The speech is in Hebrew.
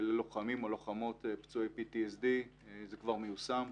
ללוחמים או לוחמות פצועי PTSD. זה כבר מיושם.